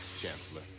Chancellor